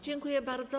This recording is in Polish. Dziękuję bardzo.